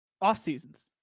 off-seasons